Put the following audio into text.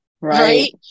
right